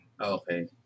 Okay